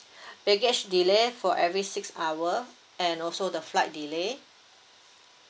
baggage delay for every six hour and also the flight delay